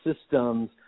systems